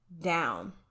down